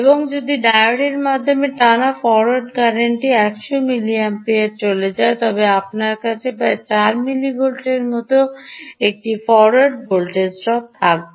এবং যদি ডায়োডের মাধ্যমে টানা ফরোয়ার্ড কারেন্টটি 100 মিলিঅ্যাম্পিয়ারে চলে যায় তবে আপনার কাছে প্রায় 8 মিলিভোল্টের একটি ফরোয়ার্ড ভোল্টেজ ড্রপ থাকবে